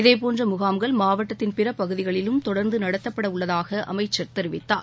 இதேபோன்ற முகாம்கள் மாவட்டத்தின் பிற பகுதிகளிலும் தொடர்ந்து நடத்தப்பட உள்ளதாக அமைச்சர் தெரிவித்தார்